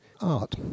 art